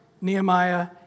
Nehemiah